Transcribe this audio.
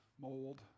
mold